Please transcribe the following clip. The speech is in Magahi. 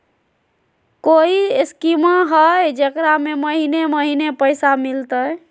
कोइ स्कीमा हय, जेकरा में महीने महीने पैसा मिलते?